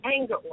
anger